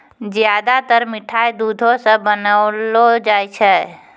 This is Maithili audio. ज्यादातर मिठाय दुधो सॅ बनौलो जाय छै